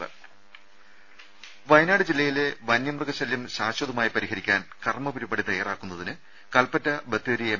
രുര വയനാട് ജില്ലയിലെ വന്യമൃഗശല്യം ശാശ്വതമായി പരിഹരിയ്ക്കാൻ കർമ്മ പരിപാടി തയ്യാറാക്കുന്നതിന് കൽപ്പറ്റ ബത്തേരി എം